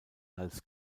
als